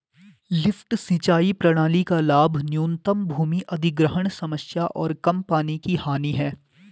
lift सिंचाई प्रणाली का लाभ न्यूनतम भूमि अधिग्रहण समस्या और कम पानी की हानि है